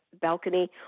balcony